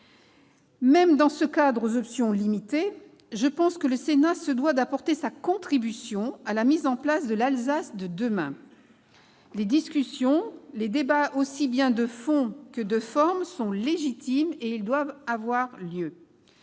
Même dans ce cadre aux options limitées, je pense que le Sénat se doit d'apporter sa contribution à la mise en place de l'Alsace de demain. Les débats sur le fond et sur la forme sont légitimes, et doivent avoir lieu.